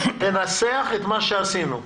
תנסח את מה שעשינו.